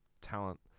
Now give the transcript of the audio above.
talent